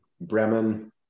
Bremen